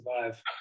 survive